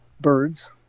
birds